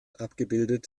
abgebildet